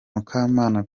mukamana